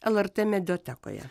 lrt mediatekoje